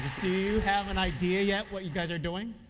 do you have an idea yet what you guys are doing?